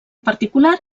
particular